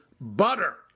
butter